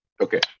okay